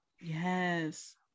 Yes